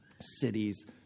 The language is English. cities